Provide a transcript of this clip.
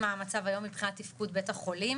מה המצב היום מבחינת תפקוד בית החולים,